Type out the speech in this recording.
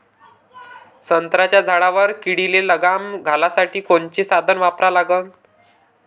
संत्र्याच्या झाडावर किडीले लगाम घालासाठी कोनचे साधनं वापरा लागन?